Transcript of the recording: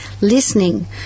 listening